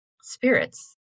Spirits